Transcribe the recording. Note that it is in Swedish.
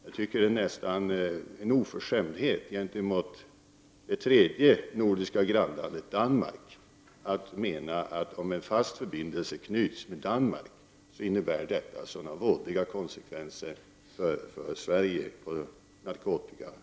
Det är nästan en oförskämdhet gentemot vårt tredje nordiska grannland, Danmark, att hävda att en fast förbindelse till Danmark skulle medföra vådliga konsekvenser för Sverige på narkotikaområdet.